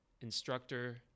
instructor